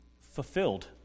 fulfilled